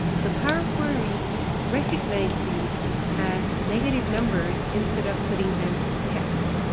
so power query recognized these as negative numbers instead of putting them as text,